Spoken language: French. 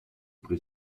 pré